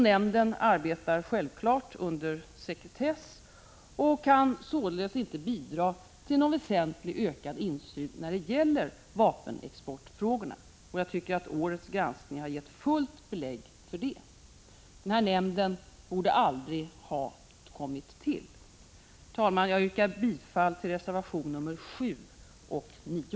Nämnden arbetar självfallet under sekretess och kan således inte bidra till någon väsentligt ökad insyn i vapenexportfrågorna. Jag tycker att årets granskning har gett fullt belägg för det. Nämnden borde aldrig ha kommit till. Herr talman! Jag yrkar bifall till reservationerna 7 och 9.